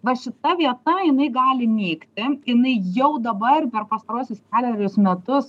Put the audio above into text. va šita vieta jinai gali nykti ir jinai jau dabar per pastaruosius kelerius metus